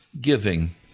giving